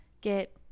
get